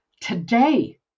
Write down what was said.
today